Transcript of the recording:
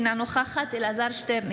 אינה נוכחת אלעזר שטרן,